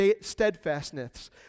steadfastness